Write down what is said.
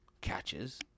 catches